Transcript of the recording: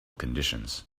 conditions